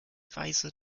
weise